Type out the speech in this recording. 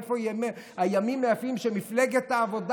איפה הימים היפים שבהם מפלגת העבודה